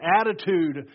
attitude